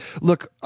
look